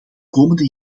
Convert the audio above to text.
komende